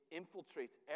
infiltrates